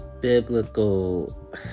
biblical